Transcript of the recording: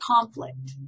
conflict